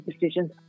decisions